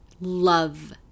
love